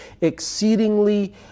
exceedingly